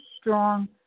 strong